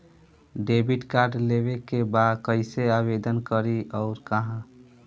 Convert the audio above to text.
Debit card लेवे के बा कइसे आवेदन करी अउर कहाँ?